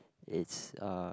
it's uh